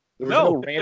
No